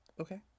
Okay